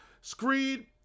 screed